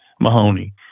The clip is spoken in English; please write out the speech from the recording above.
mahoney